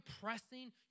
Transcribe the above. pressing